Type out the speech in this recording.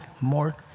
more